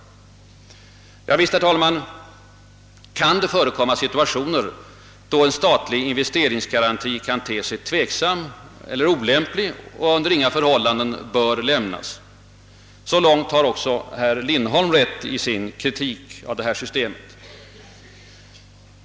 Javisst, herr talman, kan det förekomma situationer då en statlig investeringsgaranti kan te sig tveksam eller olämplig och under inga förhållanden bör lämnas. Så långt har också herr Lindholm rätt i sin kritik av systemet.